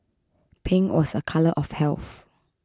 pink was a colour of health